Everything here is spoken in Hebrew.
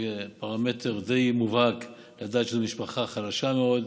זה פרמטר די מובהק לדעת שזו משפחה חלשה מאוד,